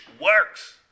works